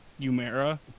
Yumera